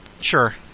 Sure